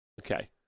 Okay